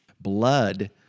blood